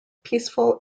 peaceful